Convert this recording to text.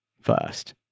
first